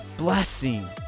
blessing